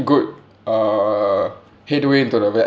good err headway into the